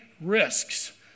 risks